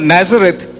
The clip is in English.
Nazareth